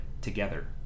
together